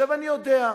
אני יודע,